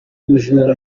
bujura